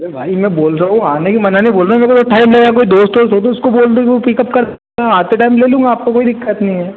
अरे भाई में बोल रहा हूँ आने की मना नहीं बोल रहा हूँ मेरे को अभी ठाइम लगेगा कोई दोस्त वोस्त हो तो उसको बोल दो की पिक उप कर आते टाइम ले लूँगा आपको कोई दिक्कत नहीं है